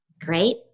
Great